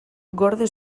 gorde